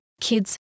Kids